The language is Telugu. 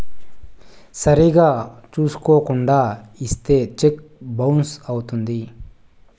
సరిగ్గా చూసుకోకుండా ఇత్తే సెక్కు బౌన్స్ అవుత్తది